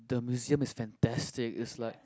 the museum is fantastic is like